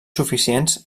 suficients